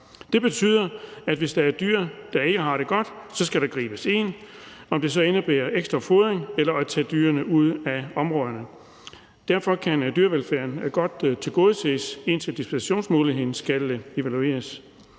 Det betyder, at hvis der er dyr, der ikke har det godt, så skal der gribes ind, om det så indebærer ekstra fodring eller at tage dyrene ud af områderne. Derfor kan dyrevelfærden godt tilgodeses, indtil dispensationsmuligheden skal evalueres.